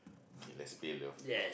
K lets play love